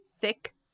thick